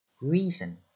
Reason